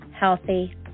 healthy